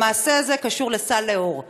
המעשה הזה קשור לסל לאור.